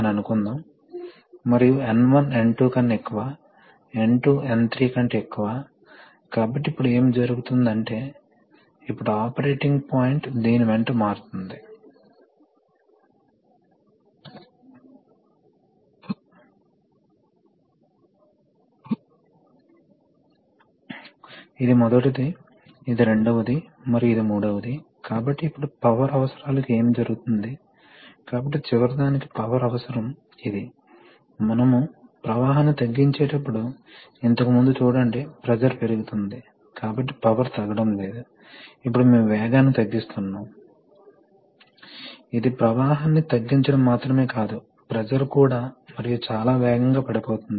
ఇది pressure regulator యొక్క విలక్షణమైన చిత్రం మరియు మీకు ఈ హై ప్రెషర్ ఇన్లెట్ ఉంది మీకు లో ప్రెషర్ లేదా కంట్రోల్డ్ ప్రెషర్ అవుట్లెట్ ఉంది కాబట్టి ఇది సిస్టం కు లేదా ప్రెషర్ అవసరమయ్యే పరికరాలకు వెళుతుంది ఇది సాధారణంగా రిజర్వాయర్ నుండి వస్తోంది కాబట్టి ఇప్పుడు ప్రెషర్ సెట్టింగ్ ను ఈ ప్రెషర్ సర్దుబాటు నాబ్ ద్వారా సర్దుబాటు చేయవచ్చు మరియు తరచూ ప్రెషర్ గేజ్ ఉంటుంది తద్వారా మీరు ఇన్లెట్ ప్రెషర్ వైవిధ్యాన్ని చూడవచ్చు